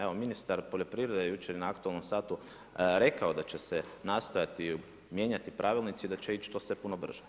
Evo ministar poljoprivrede je jučer na Aktualnom satu rekao da će se nastojati mijenjati pravilnici i da će ići to sve puno brže.